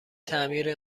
تعمیر